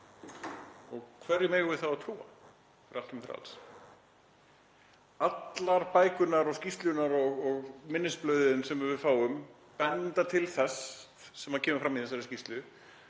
og hverjum eigum við þá að trúa þegar allt kemur til alls? Allar bækurnar og skýrslurnar og minnisblöðin sem við fáum benda til þess sem kemur fram í þessari skýrslu;